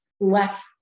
left